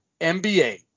MBA